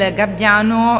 gabbiano